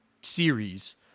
series